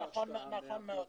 נכון.